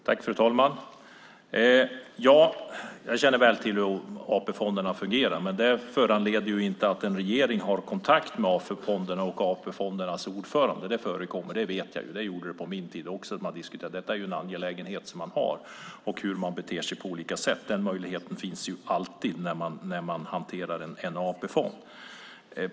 Fru talman! Jag känner väl till hur AP-fonderna fungerar. Men det finns ju inget som hindrar att en regering har kontakt med AP-fonderna och AP-fondernas ordförande. Det förekommer, det vet jag. Det gjorde det på min tid också. Vi diskuterades denna angelägenhet och hur man beter sig. Den möjligheten finns alltid när man hanterar en AP-fond.